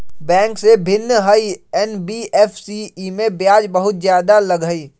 Bank से भिन्न हई एन.बी.एफ.सी इमे ब्याज बहुत ज्यादा लगहई?